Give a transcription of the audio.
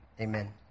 amen